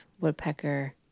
woodpecker